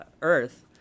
earth